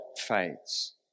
fades